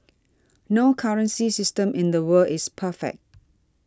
no currency system in the world is perfect